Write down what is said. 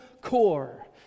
core